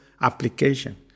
application